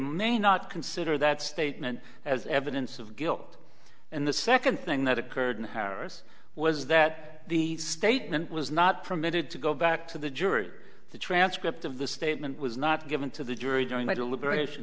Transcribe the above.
may not consider that statement as evidence of guilt and the second thing that occurred in harris was that the statement was not permitted to go back to the jury the transcript of the statement was not given to the jury during my deliberation